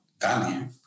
value